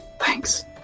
Thanks